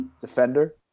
defender